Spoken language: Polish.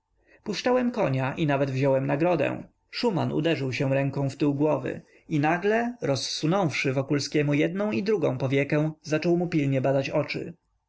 puszczałem konia i nawet wziąłem nagrodę szuman uderzył się ręką w tył głowy i nagle rozsunąwszy wokulskiemu jednę i drugą powiekę zaczął mu pilnie badać oczy